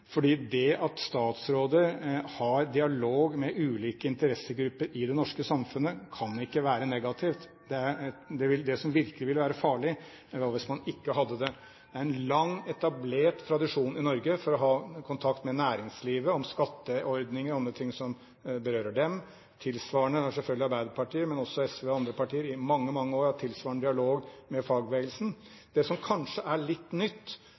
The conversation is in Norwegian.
fordi det at statsråder har dialog med ulike interessegrupper i det norske samfunnet, kan ikke være negativt. Det som virkelig ville være farlig, var hvis man ikke hadde det. Det er en lang, etablert tradisjon i Norge for å ha kontakt med næringslivet om skatteordninger og andre ting som berører dem. Tilsvarende har selvfølgelig Arbeiderpartiet, men også SV og andre partier i mange, mange år hatt tilsvarende dialog med fagbevegelsen. Det som kanskje er litt nytt,